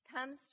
comes